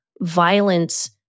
violence